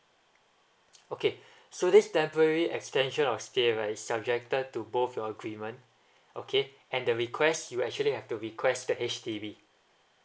okay so this temporary extension of stay right subjected to both your agreement okay and the request you actually have to request the H_D_B